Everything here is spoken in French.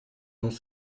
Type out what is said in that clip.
dans